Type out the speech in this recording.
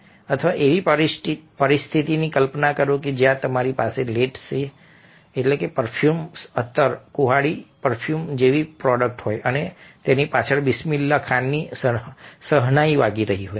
અથવા એવી પરિસ્થિતિની કલ્પના કરો કે જ્યાં તમારી પાસે લેટ સે પરફ્યુમઅત્તર કુહાડી પરફ્યુમ જેવી પ્રોડક્ટ હોય અને તેની પાછળ બિસ્મિલ્લા ખાનની શહનાઈ વાગી રહી હોય